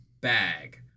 bag